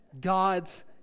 God's